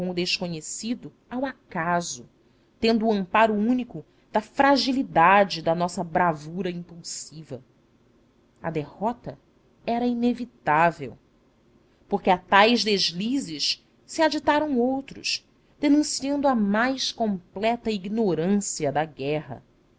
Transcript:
desconhecido ao acaso tendo o amparo único da fragilidade da nossa bravura impulsiva a derrota era inevitável porque a tais deslizes se aditaram outros denunciando a mais completa ignorância da guerra